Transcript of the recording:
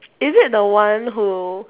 is it the one who